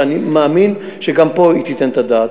ואני מאמין שגם פה היא תיתן את הדעת.